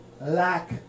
lack